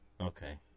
Okay